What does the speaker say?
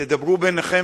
תדברו ביניכם,